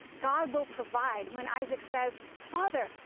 god will provide, when isaac says, father,